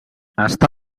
està